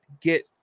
get